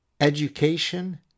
education